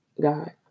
God